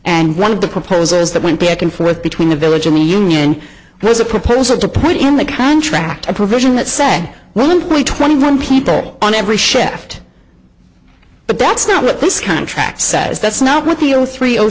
and one of the proposals that went back and forth between the village and the union was a proposal to put in the contract a provision that say well employee twenty one people on every shift but that's not what this contract says that's not what the are three o